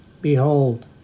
Behold